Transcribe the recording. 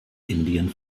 indien